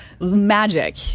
magic